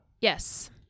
Yes